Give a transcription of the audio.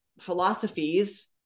philosophies